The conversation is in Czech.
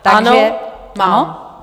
Takže má.